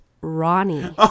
Ronnie